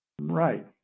Right